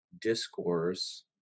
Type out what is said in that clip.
discourse